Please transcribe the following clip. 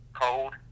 cold